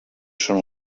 són